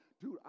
dude